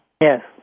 Yes